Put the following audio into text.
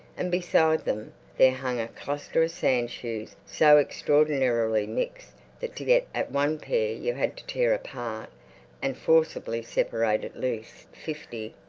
and beside them there hung a cluster of sandshoes so extraordinarily mixed that to get at one pair you had to tear apart and forcibly separate at least fifty.